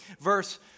verse